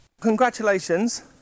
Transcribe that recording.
Congratulations